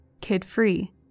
kid-free